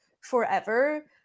forever